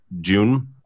June